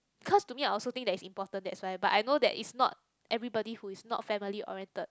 cause to me I also think that's important that's why but I know that is not everybody who is not family oriented